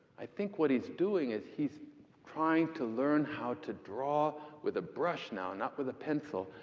i think what he's doing is, he's trying to learn how to draw with a brush now and not with a pencil,